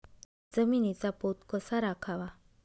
जमिनीचा पोत कसा राखावा?